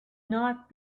not